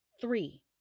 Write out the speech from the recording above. Three